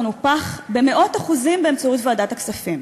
נופח במאות אחוזים באמצעות ועדת הכספים.